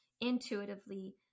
intuitively